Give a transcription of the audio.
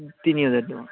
ତିନି ହଜାର ଟଙ୍କା